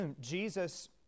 Jesus